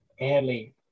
early